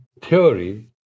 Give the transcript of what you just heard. theory